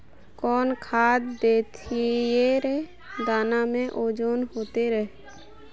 कौन खाद देथियेरे जे दाना में ओजन होते रेह?